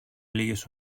λίγες